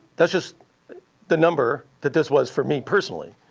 that's just the number that this was for me personally.